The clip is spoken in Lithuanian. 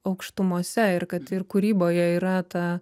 aukštumose ir kad ir kūryboje yra ta